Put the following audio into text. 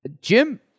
Jim